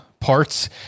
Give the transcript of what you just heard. Parts